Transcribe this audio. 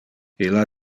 illa